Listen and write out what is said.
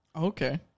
Okay